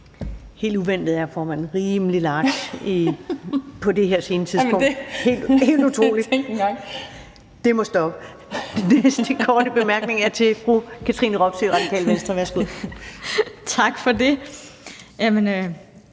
Helt uventet er formanden rimelig large med taletiden på det her sene tidspunkt – helt utroligt! Det må stoppe. Der er en kort bemærkning fra fru Katrine Robsøe, Radikale Venstre. Værsgo. Kl.